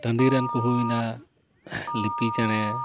ᱴᱟᱺᱰᱤ ᱨᱮᱱ ᱠᱚ ᱦᱩᱭᱱᱟ ᱞᱤᱯᱤ ᱪᱮᱬᱮ